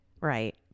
Right